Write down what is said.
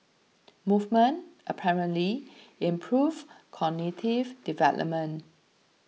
movement apparently improve cognitive development